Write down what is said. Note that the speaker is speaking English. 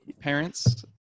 parents